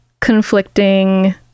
conflicting